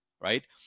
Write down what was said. right